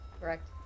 Correct